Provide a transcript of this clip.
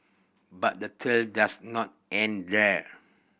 but the tail does not end there